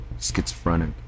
schizophrenic